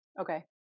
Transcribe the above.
okay